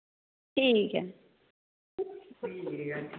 ठीक ऐ